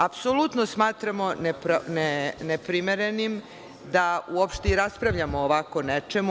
Apsolutno smatramo neprimerenim da uopšte i raspravljamo o ovako nečemu.